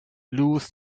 blues